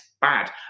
bad